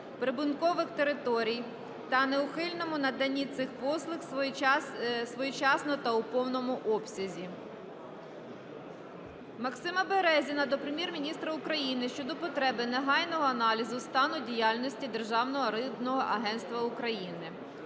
прибудинкових територій та неухильному наданні цих послуг своєчасно та у повному обсязі". Максима Березіна до Прем'єр-міністра України щодо потреби негайного аналізу стану діяльності Державного рибного агентства України.